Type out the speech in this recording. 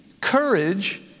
courage